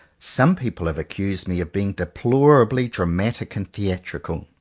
some people have accused me of being deplorably dramatic and theatrical.